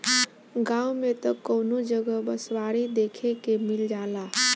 गांव में त कवनो जगह बँसवारी देखे के मिल जाला